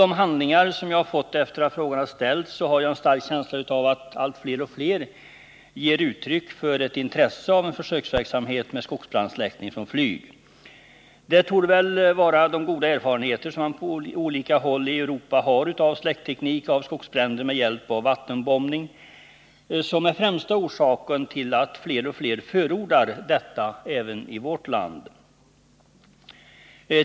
De handlingar som jag har fått sedan jag ställde min fråga har givit mig en stark känsla av att fler och fler ger uttryck för ett intresse av en försöksverksamhet med skogsbrandsläckning från flyg. De goda erfarenheter som man på olika håll i Europa har av skogsbrandsläckning med hjälp av vattenbombning torde vara främsta orsaken till att fler och fler förordar denna teknik även i vårt land.